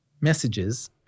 messages